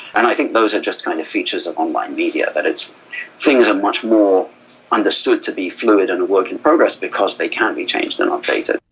and i think those are just kind of features of online media, that things are much more understood to be fluid and a work in progress because they can be changed and updated.